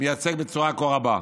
"מייצג בצורה כה רבה".